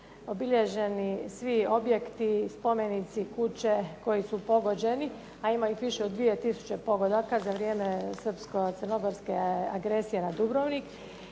obilježeni svi objekti, spomenici, kuće koji su pogođeni, a ima ih više od 2000 pogodaka za vrijeme srpsko-crnogorske agresije na Dubrovnik.